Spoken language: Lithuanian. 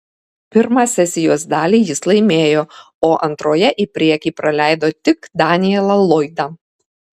pirmą sesijos dalį jis laimėjo o antroje į priekį praleido tik danielą lloydą